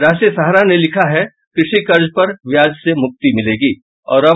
राष्ट्रीय सहारा ने लिखा है कृषि कर्ज पर ब्याज से मिलेगी मुक्ति